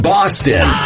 Boston